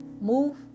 Move